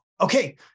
okay